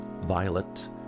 Violet